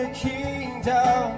kingdom